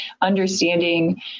understanding